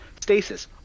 stasis